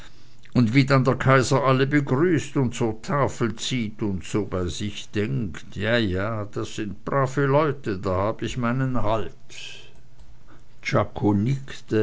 und wie dann der kaiser alle begrüßt und zur tafel zieht und so bei sich denkt ja ja das sind brave leute da hab ich meinen halt czako